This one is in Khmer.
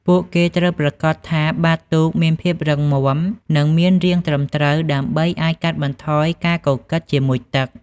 ពួកគេត្រូវប្រាកដថាបាតទូកមានភាពរឹងមាំនិងមានរាងត្រឹមត្រូវដើម្បីអាចកាត់បន្ថយការកកិតជាមួយទឹក។